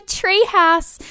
treehouse